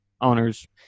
owners